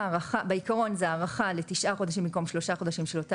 בעיקרון זאת הארכה ל-9 חודשים במקום 3 חודשים של הוצאת